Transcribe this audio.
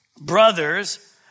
Brothers